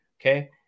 Okay